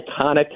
iconic